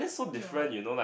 you know